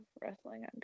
wrestling